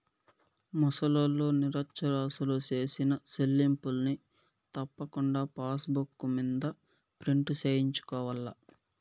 ముసలోల్లు, నిరచ్చరాసులు సేసిన సెల్లింపుల్ని తప్పకుండా పాసుబుక్ మింద ప్రింటు సేయించుకోవాల్ల